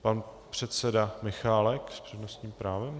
Pan předseda Michálek s přednostním právem?